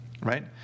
Right